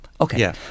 Okay